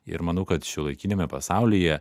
ir manau kad šiuolaikiniame pasaulyje